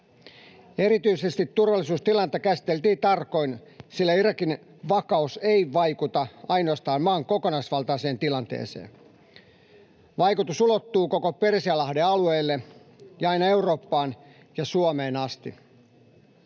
Erityisesti turvallisuustilannetta käsiteltiin tarkoin, sillä Irakin vakaus ei vaikuta ainoastaan maan kokonaisvaltaiseen tilanteeseen. Vaikutus ulottuu koko Persianlahden alueelle ja aina Eurooppaan ja Suomeen asti.